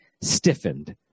stiffened